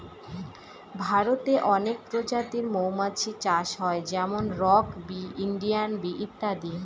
ভারতে অনেক প্রজাতির মৌমাছি চাষ হয় যেমন রক বি, ইন্ডিয়ান বি ইত্যাদি